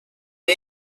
ell